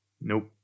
Nope